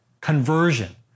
conversion